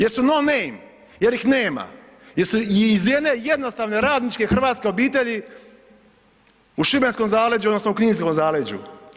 Jer su no name, jer ih nema, jer su iz jedne jednostavne radničke hrvatske obitelji u šibenskom zaleđu odnosno u kninskom zaleđu.